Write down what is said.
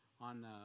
on